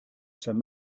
saint